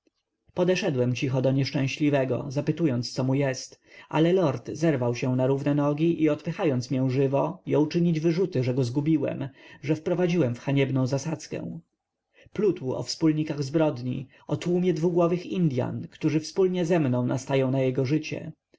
podeszedłem cicho do nieszczęśliwego zapytując co mu jest ale lord zerwał się na równe nogi i odpychając mię żywo jął czynić wyrzuty że go zgubiłem że wprowadziłem w haniebną zasadzkę plótł o wspólnikach zbrodni o tłumie dwugłowych indyan którzy wspólnie ze mną nastają na jego życie